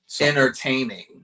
entertaining